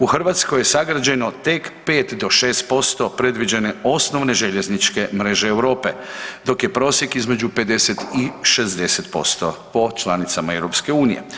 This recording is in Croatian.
U Hrvatskoj je sagrađeno tek 5-6% predviđene osnovne željezničke mreže Europe, dok je prosjek između 50 i 60% po članicama EU.